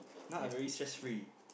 now I very stress-free